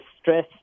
stress